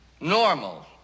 Normal